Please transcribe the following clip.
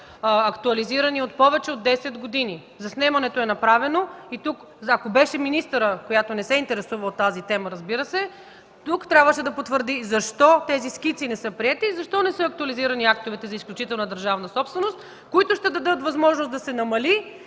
актуализирани повече от 10 години. Заснемането е направено и ако тук беше министърът, която не се интересува от тази тема, разбира се, трябваше да потвърди защо тези скици не са приети и защо не са актуализирани актовете за изключителна държавна собственост, които ще дадат възможност да се намали